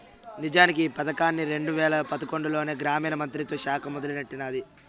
నిజానికి ఈ పదకాన్ని రెండు వేల పదకొండులోనే గ్రామీణ మంత్రిత్వ శాఖ మొదలెట్టినాది